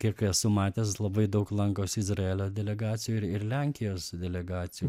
kiek esu matęs labai daug lankosi izraelio delegacijų ir lenkijos delegacijų